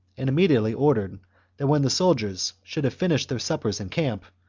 and immediately ordered that when the soldiers should have finished their suppers in camp,